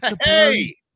Hey